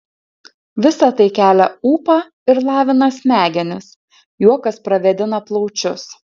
visa tai kelia ūpą ir lavina smegenis juokas pravėdina plaučius